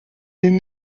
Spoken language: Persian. این